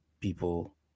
people